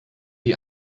die